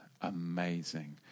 amazing